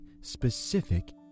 specific